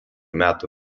metų